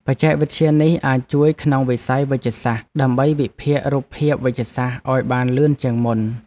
បច្ចេកវិទ្យានេះអាចជួយក្នុងវិស័យវេជ្ជសាស្ត្រ ដើម្បីវិភាគរូបភាពវេជ្ជសាស្ត្រឱ្យបានលឿនជាងមុន។